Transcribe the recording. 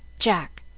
jack.